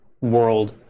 world